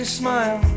smile